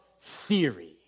theory